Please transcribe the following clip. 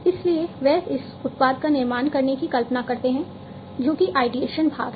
इसलिए वे इस उत्पाद का निर्माण करने की कल्पना करते हैं जो कि आइडियेशन भाग है